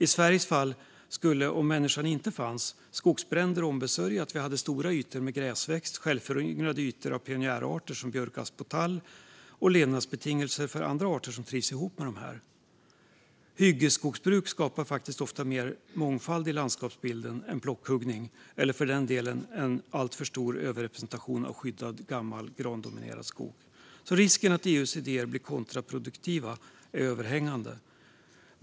I Sveriges fall skulle om människan inte fanns skogsbränder ombesörja att vi hade stora ytor med gräsväxt, självföryngrade ytor av pionjärarter som björk, asp och tall samt levnadsbetingelser för andra arter som trivs ihop med dessa. Hyggesskogsbruk skapar ofta mer mångfald i landskapsbilden än plockhuggning eller för den delen en alltför stor överrepresentation av skyddad gammal grandominerad skog. Risken att EU:s idéer blir kontraproduktiva är överhängande.